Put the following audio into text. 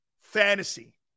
Fantasy